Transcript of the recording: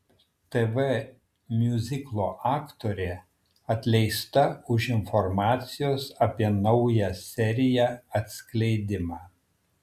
tv miuziklo aktorė atleista už informacijos apie naują seriją atskleidimą